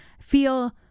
feel